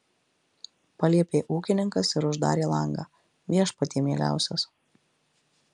paliepė ūkininkas ir uždarė langą viešpatie mieliausias